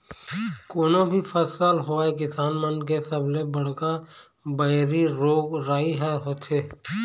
कोनो भी फसल होवय किसान मन के सबले बड़का बइरी रोग राई ह होथे